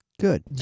Good